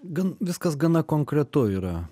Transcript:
gan viskas gana konkretu yra